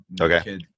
Okay